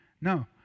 No